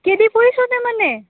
કેદી પૂછ્યું તે મને